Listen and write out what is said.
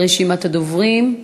לרשימת הדוברים.